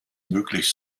möglich